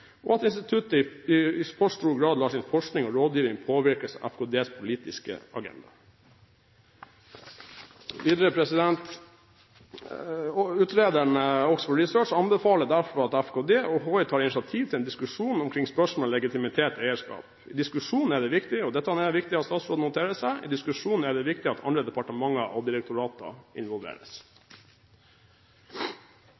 og HI, og at instituttet i for stor grad lar sin forskning og rådgivning påvirkes av FKDs politiske agenda.» Videre står det i evalueringen at: «Oxford Research» – utrederen– «anbefaler derfor at FKD og HI tar initiativ til en diskusjon omkring spørsmålet legitimitet/ eierskap. I diskusjonen er det viktig at andre departementer og direktorater involveres.» Det siste er det viktig at